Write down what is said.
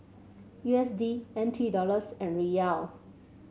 U S D N T Dollars and Riyal